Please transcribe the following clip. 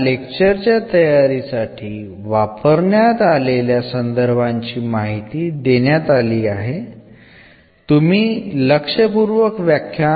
ലക്ച്ചറുകൾ തയ്യാറാക്കാൻ ഉപയോഗിച്ചിട്ടുള്ള റഫറൻസുകൾ ഇവയാണ്